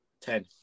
Ten